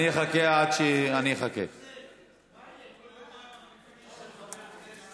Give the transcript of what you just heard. מי בא לומר היום שהוא היה מקבל את מגילת העצמאות?